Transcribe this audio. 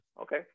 Okay